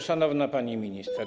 Szanowna Pani Minister!